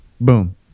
Boom